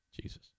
Jesus